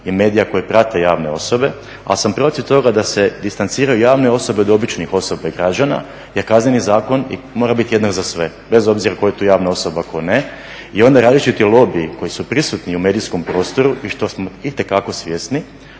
i medija koji prate javne osobe, ali sam protiv toga da se distanciraju javne osobe od običnih osoba i građana jer Kazneni zakon mora biti jednak za sve, bez obzira tko je tu javna osoba, a tko ne. I onda različiti lobiji koji su prisutni u medijskom prostoru i što smo itekako svjesni